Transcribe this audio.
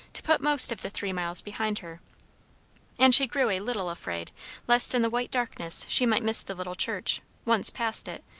to put most of the three miles behind her and she grew a little afraid lest in the white darkness she might miss the little church once past it,